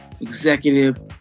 executive